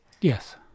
Yes